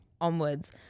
onwards